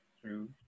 True